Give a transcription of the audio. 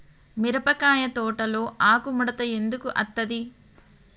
మిరపకాయ తోటలో ఆకు ముడత ఎందుకు అత్తది?